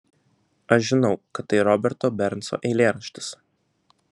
aš žinau kad tai roberto bernso eilėraštis